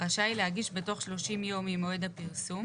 רשאי להגיש בתוך 30 יום ממועד הפרסום